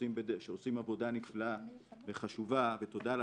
שעושים עבודה נפלאה וחשובה ותודה לכם,